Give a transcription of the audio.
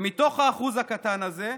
ומתוך האחוז הקטן הזה,